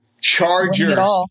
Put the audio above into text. Chargers